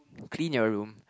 clean your room